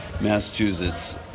Massachusetts